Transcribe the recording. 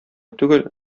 түгел